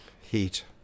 heat